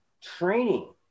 training